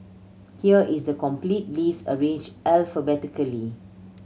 here is the complete list arranged alphabetically